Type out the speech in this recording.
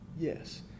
Yes